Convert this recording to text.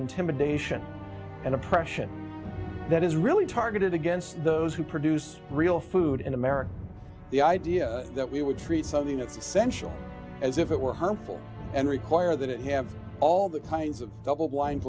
intimidation and oppression that is really targeted against those who produce real food in america the idea that we would treat something that's essential as if it were harmful and require that it have all the kinds of double blind